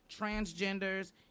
transgenders